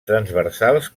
transversals